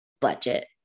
budget